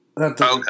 okay